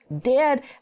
dead